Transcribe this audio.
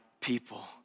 people